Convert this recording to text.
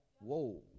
Whoa